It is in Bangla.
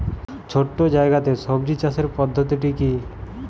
ছোট্ট জায়গাতে সবজি চাষের পদ্ধতিটি কী?